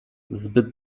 zbyt